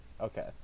Okay